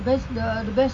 best the the best